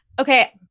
Okay